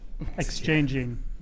exchanging